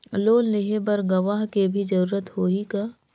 Loan लेहे बर गवाह के भी जरूरत होही का?